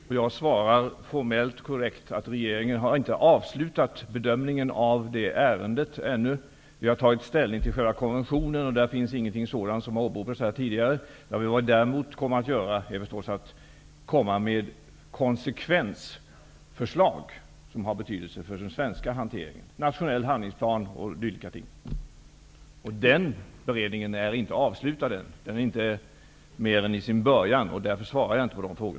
Herr talman! Jag svarar formellt och korrekt att regeringen inte har avslutat bedömningen av detta ärende ännu. Vi har tagit ställning till själva konventionen, och den innehåller inte något som tidigare har åberopats här. Men vad vi däremot kommer att göra är naturligtvis att presentera ett konsekvensförslag som har betydelse för den svenska hanteringen, en nationell handlingsplan och dylika ting. Den beredningen är ännu inte avslutad. Den är inte mer än i sin början. Därför svarar jag inte på dessa frågor.